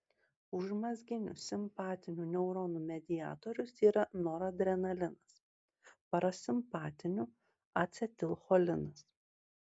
užmazginių simpatinių neuronų mediatorius yra noradrenalinas parasimpatinių acetilcholinas